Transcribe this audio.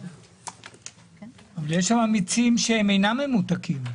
אבל יש מיצים שאינם ממותקים.